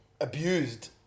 abused